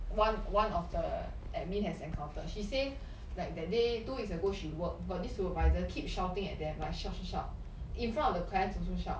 one one of the admin has encountered she say like that day two weeks ago she work got this supervisor keep shouting at them like shout shout in front of the clients also shout